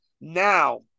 Now